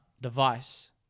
device